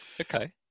Okay